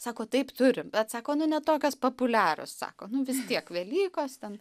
sako taip turim bet sako nu ne tokios papuliarios sako nu vis tiek velykos ten